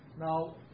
now